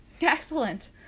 Excellent